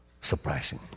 surprising